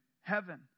heaven